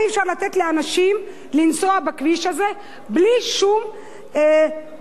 למה אי-אפשר לתת לאנשים לנסוע בכביש הזה בלי שום עצירות